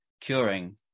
curing